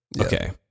Okay